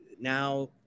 now